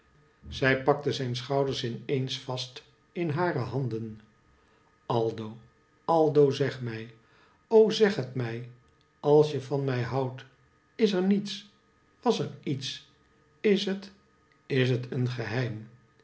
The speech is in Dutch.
zij pakte zijn schouders in eens vast in hare handen aldo aldo zeg mij o zeg het mij alsje van mij houdt is er niets was er iets is het is het een geheim